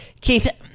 Keith